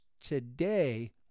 today